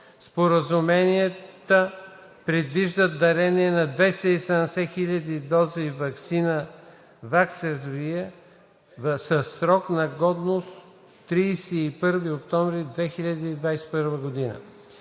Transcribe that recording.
Споразуменията предвиждат дарение на 270 000 дози ваксина Vaxzevria със срок на годност 31 октомври 2021 г.